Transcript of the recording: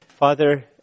Father